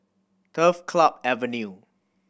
Turf Club Avenue